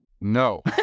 No